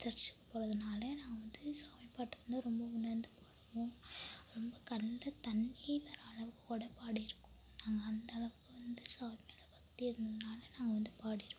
சர்ச்சுக்கு போகிறதுனால நாங்கள் வந்து சாமி பாட்டை வந்து ரொம்ப உணர்ந்து பாடுவோம் ரொம்ப கண்ணில் தண்ணி வர அளவுக்கு கூட பாடியிருக்கோம் நாங்கள் அந்தளவுக்கு வந்து சாமி மேல் பக்தி இருந்ததினால நாங்கள் வந்து பாடியிருக்கோம்